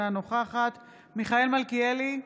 אינה נוכחת מיכאל מלכיאלי,